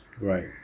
Right